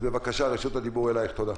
אז, בבקשה, רשות הדיבור אלייך, תודה.